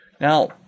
Now